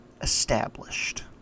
established